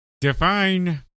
Define